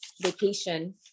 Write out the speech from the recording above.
vacation